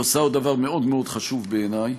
היא עושה עוד דבר מאוד מאוד חשוב בעיני,